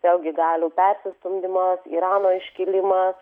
vėlgi galių persistumdymas irano iškilimas